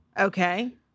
okay